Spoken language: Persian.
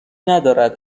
ندارد